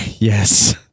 Yes